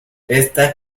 esta